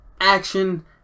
action